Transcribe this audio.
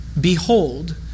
behold